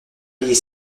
payer